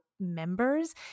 members